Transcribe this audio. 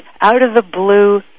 out-of-the-blue